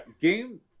Game